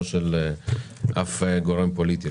לא של אף גורם פוליטי.